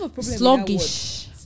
sluggish